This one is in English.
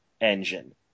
engine